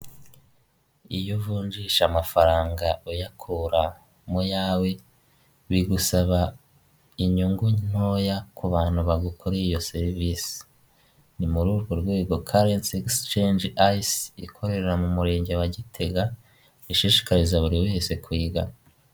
Iyo uvunjisha amafaranga uyakura muyawe bigusaba inyungu ntoya ku bantu bagukoreye iyo serivisi, ni muri urwo rwego karensi egisicengi ayisi ikorera mu murenge wa Gitega ishishikariza buri wese kuyiga.